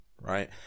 right